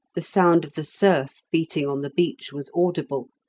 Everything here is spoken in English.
the sound of the surf beating on the beach was audible,